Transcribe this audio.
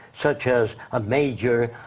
such as a major,